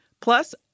Plus